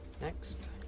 next